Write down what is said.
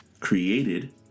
created